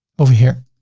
over here.